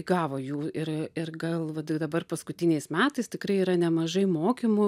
įgavo jų ir ir gal va dabar paskutiniais metais tikrai yra nemažai mokymų